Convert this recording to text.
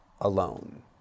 alone